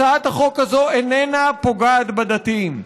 הצעת החוק הזו איננה פוגעת בדתיים.